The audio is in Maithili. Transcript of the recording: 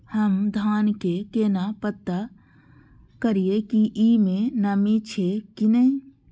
हम धान के केना पता करिए की ई में नमी छे की ने?